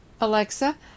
Alexa